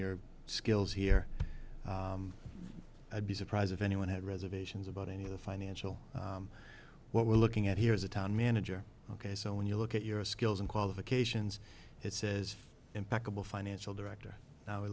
your skills here i'd be surprised if anyone had reservations about any of the financial what we're looking at here is a town manager ok so when you look at your skills and qualifications it says impeccable financial director